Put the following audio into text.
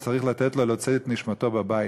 צריך לתת לו להוציא את נשמתו בבית.